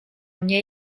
mnie